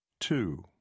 Two